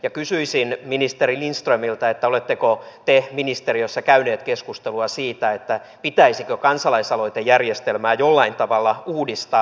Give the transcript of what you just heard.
ja kysyisin ministeri lindströmiltä että oletteko ministeriössä käyneet keskustelua siitä pitäisikö kansalaisaloitejärjestelmää jollain tavalla uudistaa